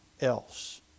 else